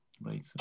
later